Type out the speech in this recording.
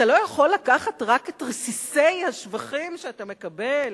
אתה לא יכול לקחת רק את רסיסי השבחים שאתה מקבל